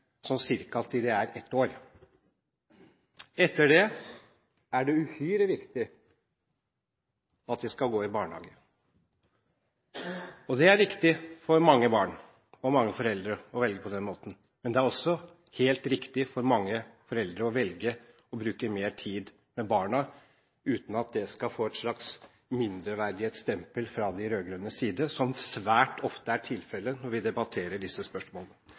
sånn cirka til de er ett år. Etter det er det uhyre viktig at de skal gå i barnehage. Det er riktig for mange foreldre å velge dette, men det er også helt riktig for mange foreldre å velge å bruke mer tid med barna uten at det skal få et slags mindreverdighetsstempel fra de rød-grønnes side, noe som svært ofte er tilfellet når vi debatterer disse